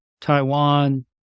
taiwan